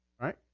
Right